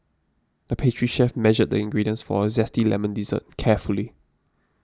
the pastry chef measured the ingredients for a Zesty Lemon Dessert carefully